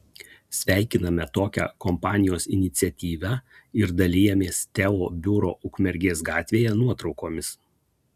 sveikiname tokią kompanijos iniciatyvą ir dalijamės teo biuro ukmergės gatvėje nuotraukomis